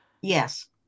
Yes